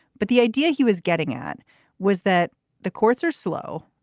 but the idea he was getting at was that the courts are slow.